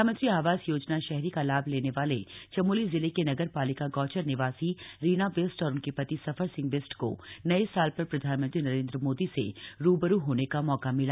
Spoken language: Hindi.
प्रधानमंत्री आवास योजना शहरी का लाभ लेने वाले चमोली जिले के नगर पालिका गौचऱ निवासी रीना बिष्ट और उनके पति सफर सिंह बिष्ट को नए साल पर प्रधानमंत्री नरेंद्र मोदी से रूबरू होने का मौका मिला